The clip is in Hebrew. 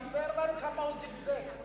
תספר, כמה ראש הממשלה זיגזג?